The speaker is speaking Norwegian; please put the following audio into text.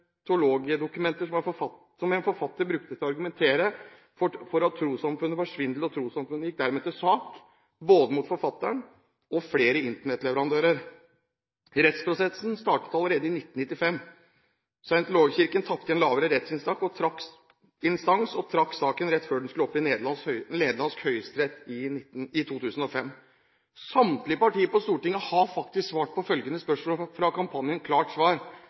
som en forfatter brukte til å argumentere for at trossamfunnet var svindel, og trossamfunnet gikk dermed til sak både mot forfatteren og flere Internett-leverandører. Rettsprosessen startet allerede i 1995. Scientologikirken tapte i en lavere rettsinstans og trakk saken rett før den skulle opp i nederlandsk høyesterett i 2005. Samtlige partier på Stortinget har faktisk svart på følgende spørsmål fra kampanjen «Klart Svar»: